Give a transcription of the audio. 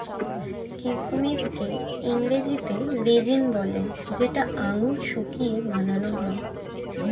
কিচমিচকে ইংরেজিতে রেজিন বলে যেটা আঙুর শুকিয়ে বানান হয়